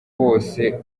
bose